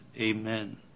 amen